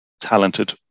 talented